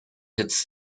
its